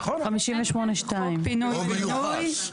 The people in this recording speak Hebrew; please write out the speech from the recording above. זה חוק פינוי בינוי,